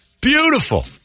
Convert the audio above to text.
Beautiful